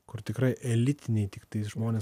kur tikrai elitiniai tiktais žmonės